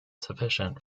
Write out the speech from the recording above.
sufficient